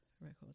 records